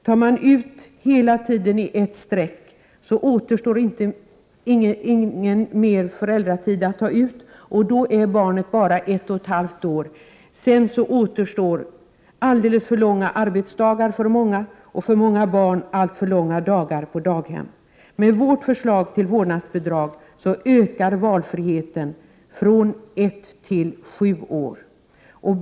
Om man tar ut hela föräldraledigheten i ett sträck, återstår ingen mer ledighet att ta ut, och då är barnet bara ett och ett halvt år. Sedan återstår alltför långa arbetsdagar för många föräldrar och alltför långa dagar på daghem för många barn. Med vårt förslag till vårdnadsbidrag ökar valfriheten från ett till sju år.